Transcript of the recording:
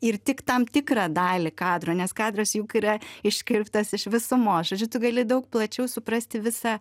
ir tik tam tikrą dalį kadro nes kadras juk yra iškirptas iš visumos žodžiu tu gali daug plačiau suprasti visą